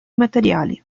materiali